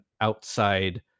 outside